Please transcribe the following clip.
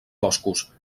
boscos